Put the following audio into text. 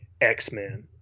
X-Men